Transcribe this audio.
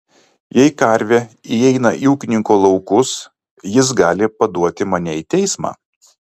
jei karvė įeina į ūkininko laukus jis gali paduoti mane į teismą